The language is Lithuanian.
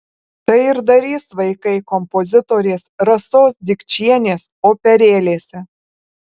tai ir darys vaikai kompozitorės rasos dikčienės operėlėse